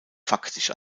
faktisch